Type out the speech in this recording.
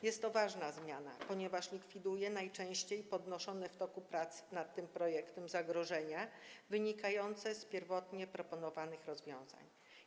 Jest to ważna zmiana, ponieważ likwiduje najczęściej przywoływane w toku prac nad tym projektem zagrożenia wynikające z pierwotnie proponowanych rozwiązań.